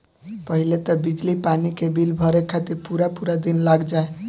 पहिले तअ बिजली पानी के बिल भरे खातिर पूरा पूरा दिन लाग जाए